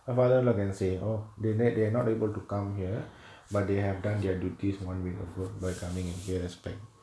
my father look and say oh they they not able to come here but they have done their duty one week ago by coming in per respect